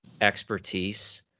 expertise